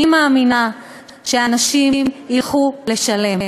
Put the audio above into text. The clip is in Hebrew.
אני מאמינה שהאנשים ילכו לשלם.